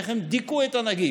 איך הן דיכאו את הנגיף,